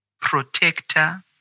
protector